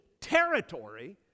territory